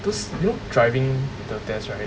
those you know driving the test right